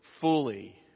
fully